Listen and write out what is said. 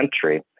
country